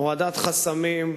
הורדת חסמים,